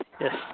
Yes